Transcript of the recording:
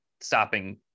stopping